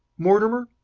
mortimer,